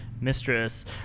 mistress